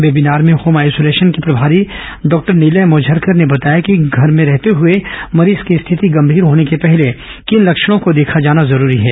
webinar में home isolation के प्रभारी डॉक्टर निलय मोझरकर ने बताया कि घर में रहते हुए मरीज की स्थिति गंभीर होने के पहले किन लक्षणों को देखा जाना बेहद जरूरी है